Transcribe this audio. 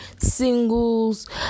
singles